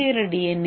பச்சை நிற டி